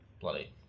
bloody